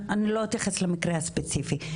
לא אתייחס למקרה ספציפי,